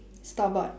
store bought